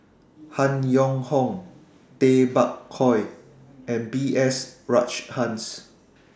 Han Yong Hong Tay Bak Koi and B S Rajhans